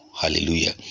Hallelujah